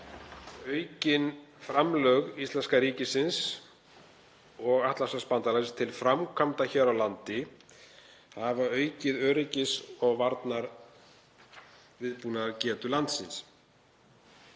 Aukin framlög íslenska ríkisins og Atlantshafsbandalagsins til framkvæmda hér á landi hafa aukið öryggis- og varnarviðbúnaðargetu landsins.